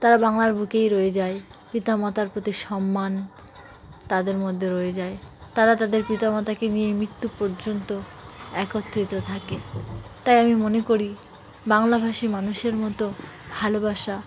তারা বাংলার বুকেই রয়ে যায় পিত মাতার প্রতি সম্মান তাদের মধ্যে রয়ে যায় তারা তাদের পিতামাতাকে নিয়ে মৃত্যু পর্যন্ত একত্রিত থাকে তাই আমি মনে করি বাংলাভাষী মানুষের মতো ভালোবাসা